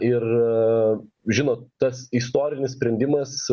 ir žinot tas istorinis sprendimas